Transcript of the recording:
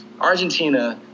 Argentina